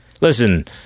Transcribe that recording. Listen